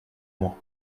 moi